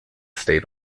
stayed